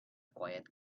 quite